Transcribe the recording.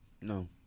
No